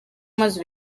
maze